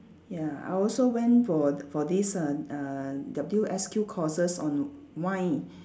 ya I also went for for this uh uh W_S_Q courses on wine